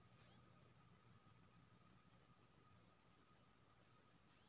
नमस्कार महोदय, हमर खाता मे कत्ते पाई छै किन्ने बताऊ त?